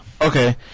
Okay